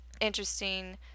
interesting